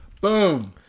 boom